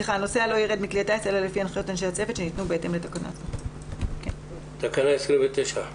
מי בעד אישור תקנה 29?